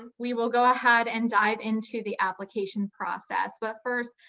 and we will go ahead and dive into the application process. but first,